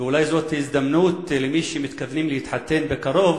ואולי זאת הזדמנות, למי שמתכוונים להתחתן בקרוב